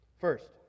First